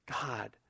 God